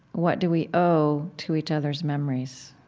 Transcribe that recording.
what do we owe to each other's memories?